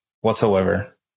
whatsoever